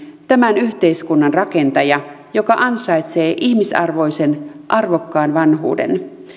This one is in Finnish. tämän yhteiskunnan rakentaja joka ansaitsee ihmisarvoisen arvokkaan vanhuuden